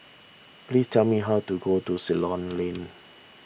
please tell me how to go to Ceylon Lane